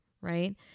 right